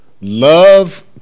Love